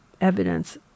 evidence